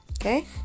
okay